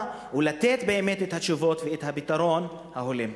ולתת את התשובות ואת הפתרון ההולם.